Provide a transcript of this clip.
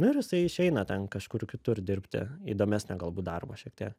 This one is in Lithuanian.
nu ir jisai išeina ten kažkur kitur dirbti įdomesnį galbūt darbą šiek tiek